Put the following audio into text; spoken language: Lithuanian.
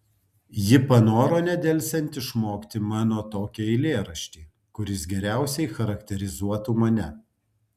ji panoro nedelsiant išmokti mano tokį eilėraštį kuris geriausiai charakterizuotų mane